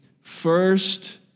first